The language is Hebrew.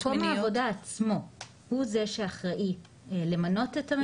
מקום העבודה עצמו הוא זה שאחראי למנות את הממונה.